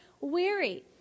weary